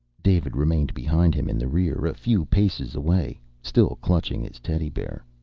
david remained behind him, in the rear, a few paces away, still clutching his teddy bear.